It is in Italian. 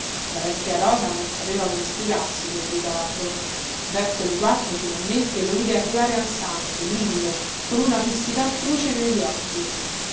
la vecchia rosa non sapeva come spiegarsi quel ritardo verso le quattro finalmente lo vide arrivare ansante livido con una fissità truce negli occhi